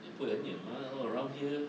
也不会很远吗 all around here